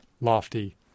lofty